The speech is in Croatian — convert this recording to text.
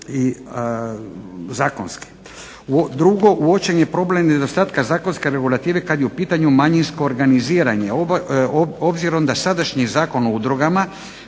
zakonski. Drugo, uočen je problem nedostatka zakonske regulative kada je u pitanju manjinsko organiziranje obzirom da sadašnji zakon o drogama